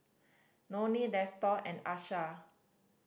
Donnie Nestor and Asha